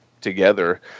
together